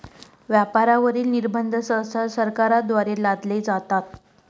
व्यापारावरील निर्बंध सहसा सरकारद्वारे लादले जातात